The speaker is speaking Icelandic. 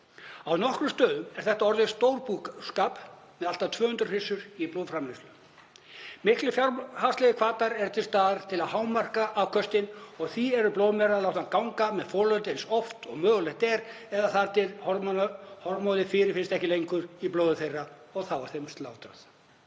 Á nokkrum stöðum er þetta orðið stórbúskapur með allt að 200 hryssur í blóðframleiðslu. Miklir fjárhagslegir hvatar eru til staðar til að hámarka afköstin og því eru blóðmerar látnar ganga með folöld eins oft og mögulegt er, eða þar til hormónið fyrirfinnst ekki lengur í blóði þeirra og þá er þeim slátrað.